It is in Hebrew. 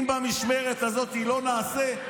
אם במשמרת הזאת לא נעשה,